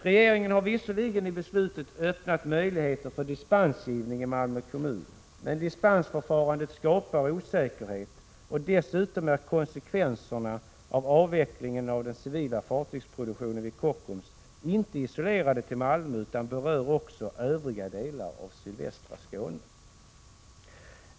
Regeringen har visserligen i beslutet öppnat möjligheter för dispensgivning i Malmö kommun, men dispensförfarandet skapar osäkerhet, och dessutom är konsekvenserna när det gäller avvecklingen av den civila fartygsproduktionen i Kockums inte isolerade till Malmö, utan de rör också övriga delar av sydvästra Skåne.